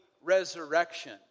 resurrection